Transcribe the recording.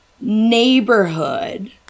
neighborhood